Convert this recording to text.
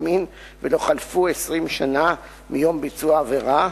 מין ולא חלפו 20 שנה מיום ביצוע העבירה,